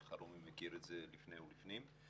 אלחרומי מכיר את זה לפני ולפנים.